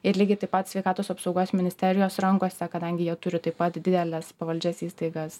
ir lygiai taip pat sveikatos apsaugos ministerijos rankose kadangi jie turi taip pat dideles pavaldžias įstaigas